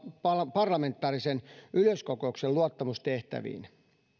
parlamentaarisen yleiskokouksen luottamustehtäviin